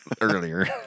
earlier